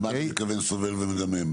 למה אתה מתכוון סובל ומדמם?